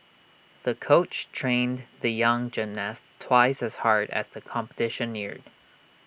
the coach trained the young gymnast twice as hard as the competition neared